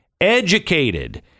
educated